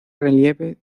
relieve